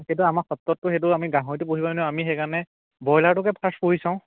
সেইটো আমাৰ সত্ৰতটো সেইটো আমি গাহৰিটো পুহিবই নোৱাৰোঁ আমি সেইকাৰণে ব্ৰইলাৰটোকে ফাৰ্ষ্ট পুহি চাওঁ